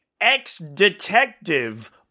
ex-detective